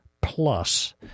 plus